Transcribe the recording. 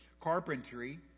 carpentry